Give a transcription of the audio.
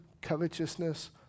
covetousness